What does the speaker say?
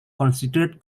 considered